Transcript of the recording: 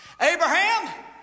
Abraham